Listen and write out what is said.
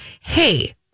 Hey